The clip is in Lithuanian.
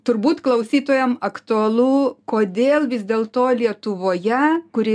turbūt klausytojam aktualu kodėl vis dėl to lietuvoje kuri